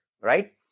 Right